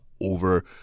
over